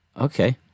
Okay